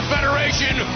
Federation